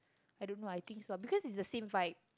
I don't know I think so lah because it's the same vibe